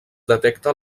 detecta